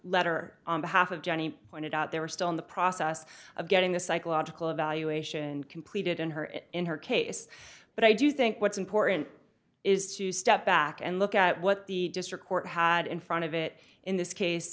letter on behalf of johnny pointed out they were still in the process of getting the psychological evaluation completed in her in her case but i do think what's important is to step back and look at what the district court had in front of it in this case